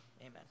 Amen